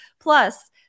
plus